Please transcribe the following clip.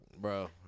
bro